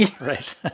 right